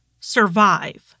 survive